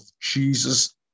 Jesus